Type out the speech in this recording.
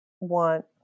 want